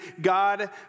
God